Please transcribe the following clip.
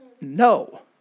no